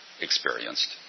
experienced